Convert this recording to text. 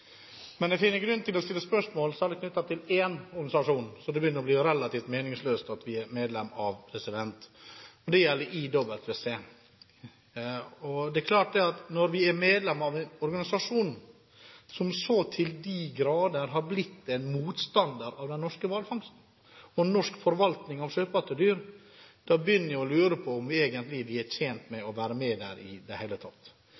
men jeg finner grunn til å stille spørsmål ved særlig én organisasjon som det begynner å bli relativt meningsløst at vi er medlem av, og det gjelder IWC, Den internasjonale hvalfangstkommisjonen. Det er klart at når vi er medlem av en organisasjon som så til de grader har blitt en motstander av den norske hvalfangsten og norsk forvaltning av sjøpattedyr, så begynner jeg å lure på om vi i det hele tatt er tjent med